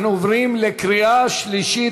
אנחנו עוברים לקריאה שלישית.